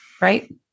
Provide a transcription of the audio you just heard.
Right